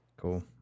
Cool